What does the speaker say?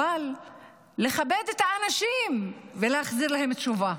אבל לכבד את האנשים ולהחזיר להם תשובה.